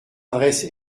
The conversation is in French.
adresse